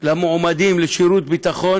למועמדים לשירות ביטחון